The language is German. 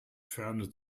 ferne